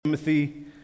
Timothy